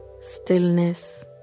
stillness